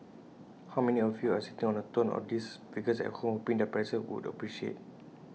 how many of you are sitting on A tonne of these figures at home hoping their prices would appreciate